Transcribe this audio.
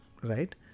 right